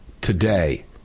today